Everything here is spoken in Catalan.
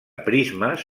prismes